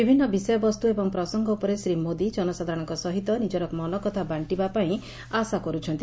ବିଭିନ୍ନ ବିଷୟବସ୍କୁ ଏବଂ ପ୍ରସଙ୍ଙ ଉପରେ ଶ୍ରୀ ମୋଦି ଜନସାଧାରଣଙ୍କ ସହିତ ନିଜର ମନକଥା ବାଣ୍ଣିବାପାଇଁ ଆଶା କର୍ବଛନ୍ତି